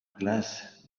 class